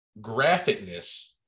graphicness